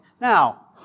now